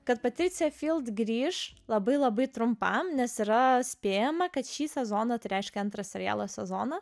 kad patricija grįš labai labai trumpam nes yra spėjama kad šį sezoną tai reiškia antrą serialo sezoną